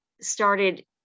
started